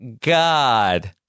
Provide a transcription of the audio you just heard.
God